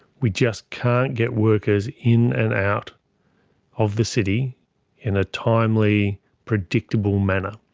we just can't get workers in and out of the city in a timely, predictable manner.